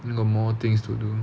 then got more things to do